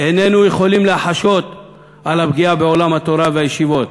איננו יכולים לחשות על הפגיעה בעולם התורה והישיבות.